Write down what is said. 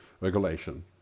regulation